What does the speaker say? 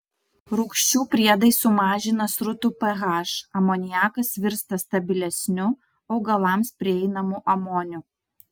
rūgščių priedai sumažina srutų ph amoniakas virsta stabilesniu augalams prieinamu amoniu